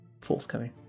forthcoming